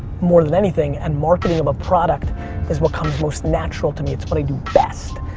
more than anything and marketing of a product is what comes most natural to me. it's what i do best.